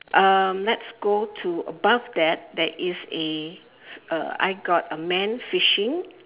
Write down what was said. um let's go to above that there is a uh I've got a man fishing